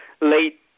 late